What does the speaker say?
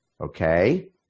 Okay